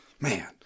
man